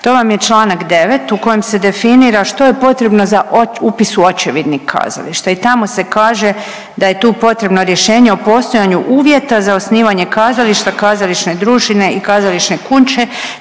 to vam je članak 9. u kojem se definira što je potrebno za upis u očevidnik kazališta i tamo se kaže da je tu potrebno rješenje o postojanju uvjeta za osnivanje kazališta, kazališne družine i kazališne kuće,